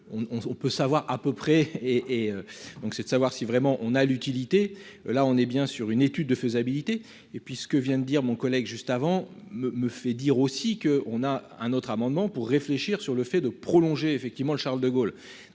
on peut savoir à peu près et et donc c'est de savoir si vraiment on a l'utilité, là on est bien sur une étude de faisabilité et puis ce que vient de dire mon collègue juste avant me me fait dire aussi que on a un autre amendement pour réfléchir sur le fait de prolonger effectivement le Charles de Gaulle.